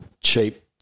cheap